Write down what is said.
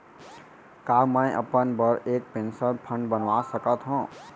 का मैं अपन बर एक पेंशन फण्ड बनवा सकत हो?